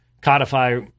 codify